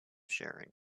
sharing